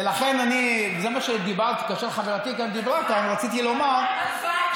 ולכן, כאשר חברתי דיברה כאן רציתי לומר, הלוואי.